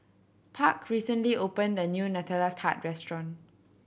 Park recently opened a new Nutella Tart restaurant